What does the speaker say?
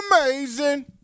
amazing